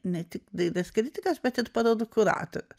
ne tik dailės kritikas bet parodų kuratorius